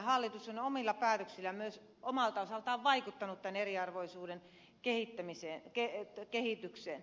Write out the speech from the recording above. hallitus on omilla päätöksillään myös omalta osaltaan vaikuttanut tämän eriarvoisuuden kehittymiseen